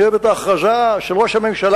אני אוהב את ההכרזה של ראש הממשלה,